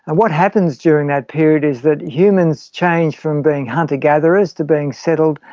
and what happens during that period is that humans change from being hunter gatherers to being settled,